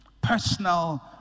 personal